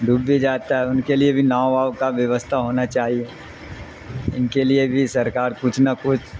ڈوب بھی جاتا ہے ان کے لیے بھی ناؤ واؤ کا ووستھا ہونا چاہیے ان کے لیے بھی سرکار کچھ نہ کچھ